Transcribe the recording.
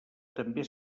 també